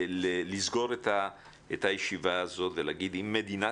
לסגור את הישיבה הזאת ולהגיד שאם מדינת